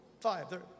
Five